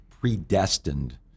predestined